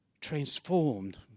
transformed